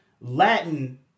Latin